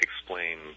explain